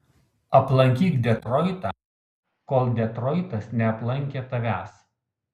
aplankyk detroitą kol detroitas neaplankė tavęs